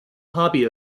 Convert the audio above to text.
hobby